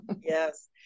Yes